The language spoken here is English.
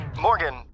Morgan